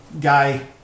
guy